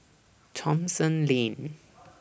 Thomson Lane